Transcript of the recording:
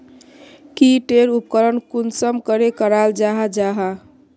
की टेर उपकरण कुंसम करे कराल जाहा जाहा?